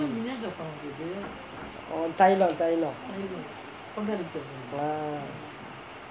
oh தைலம் தைலம்:thailam thailam ah